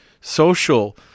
social